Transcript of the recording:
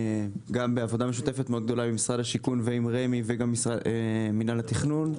גם בעבודה משותפת מאוד גדולה עם משרד השיכון ועם רמ"י וגם מינהל התכנון,